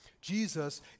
Jesus